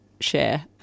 share